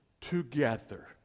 together